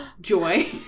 joy